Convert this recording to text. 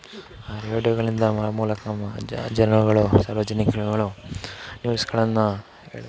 ಆ ರೇಡಿಯೋಗಳಿಂದ ಮೂಲಕ ಜನಗಳು ಸಾರ್ವಜನಿಕರುಗಳು ನ್ಯೂಸ್ಗಳನ್ನು